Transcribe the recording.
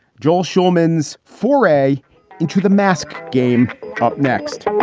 joel shulman's foray into the mask game up next.